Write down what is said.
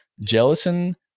gelatin